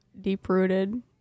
deep-rooted